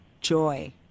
joy